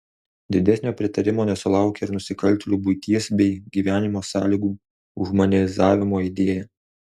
didesnio pritarimo nesulaukė ir nusikaltėlių buities bei gyvenimo sąlygų humanizavimo idėja